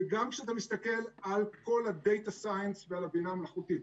וגם כשאתה מסתכל על כל ה-Data Science ועל הבינה המלאכותית,